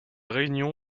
réunions